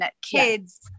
kids